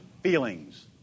feelings